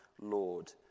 Lord